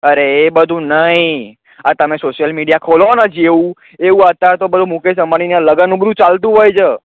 અરે એ બંધુ નહીં આ તમે સોશિયલ મીડિયા ખોલો ને જેવું એવું અત્યાર તો પેલા મુકેશ અંબાણીને ત્યાં લગનનું બધું ચાલતું હોય છે